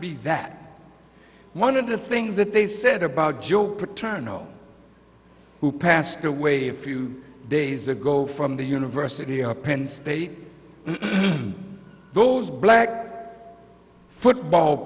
be that one of the things that they said about joe paterno who passed away a few days ago from the university of penn state those black football